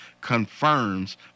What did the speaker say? confirms